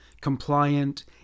compliant